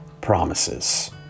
promises